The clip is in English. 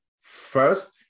first